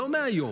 לא מהיום.